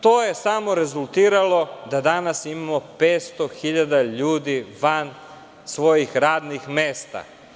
To je samo rezultiralo da danas imamo 500.000 ljudi van svojih radnih mesta.